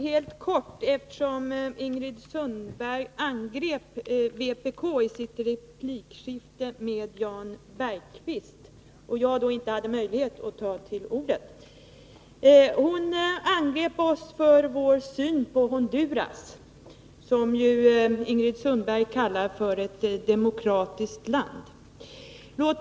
Herr talman! Jag vill säga några få ord, eftersom Ingrid Sundberg angrep vpk i sitt replikskifte med Jan Bergqvist och jag då inte hade möjlighet att ta till orda. Ingrid Sundberg angrep oss för vår syn på Honduras, som hon kallar för ett demokratiskt land.